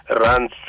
runs